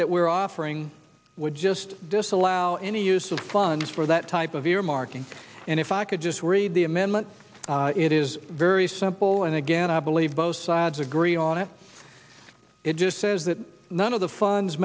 that we are offering would just disallow any use of funds for that type of earmarking and if i could just read the amendment it is very simple and again i believe both sides agree on it it just says that none of the funds